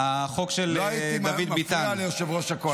לא הייתי מפריע ליושב-ראש הקואליציה.